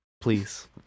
Please